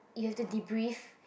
you have to debrief